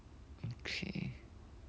okay